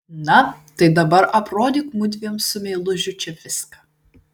na tai dabar aprodyk mudviem su meilužiu čia viską